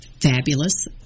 Fabulous